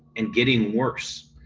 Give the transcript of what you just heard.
and getting worse.